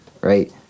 right